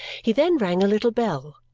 he then rang a little bell,